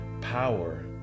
power